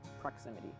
proximity